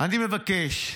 אני מבקש.